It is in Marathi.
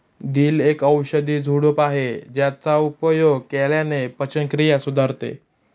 दिल एक औषधी झुडूप आहे ज्याचा उपयोग केल्याने पचनक्रिया सुधारते